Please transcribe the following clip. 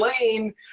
lane